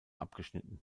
abgeschnitten